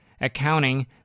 accounting